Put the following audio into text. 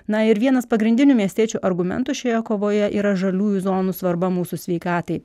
na ir vienas pagrindinių miestiečių argumentų šioje kovoje yra žaliųjų zonų svarba mūsų sveikatai